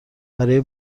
برای